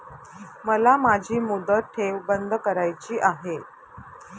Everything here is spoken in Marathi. मला माझी मुदत ठेव बंद करायची आहे